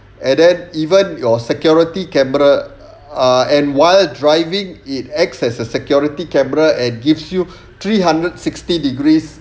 and then even your security camera ah and while driving it acts as a security camera and gives you three hundred sixty degrees